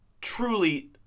truly